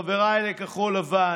חבריי לכחול לבן,